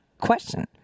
question